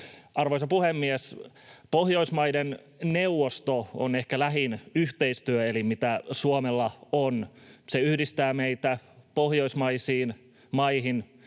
Arvoisa puhemies! Pohjoismaiden neuvosto on ehkä lähin yhteistyöelin, mitä Suomella on. Se yhdistää meitä pohjoismaisiin maihin